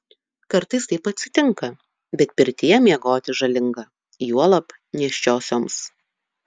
kartais taip atsitinka bet pirtyje miegoti žalinga juolab nėščiosioms